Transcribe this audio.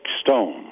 stone